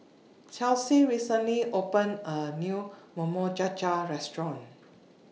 Chelsey recently opened A New Cha Cha Restaurant